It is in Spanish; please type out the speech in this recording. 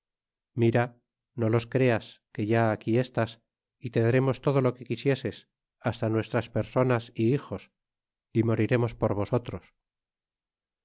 mira no los creas que ya aquí estás y te daremos todo lo que quisieses hasta nuestras personas y hijos y moriremos por vosotros